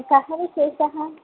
कः विशेषः